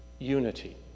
unity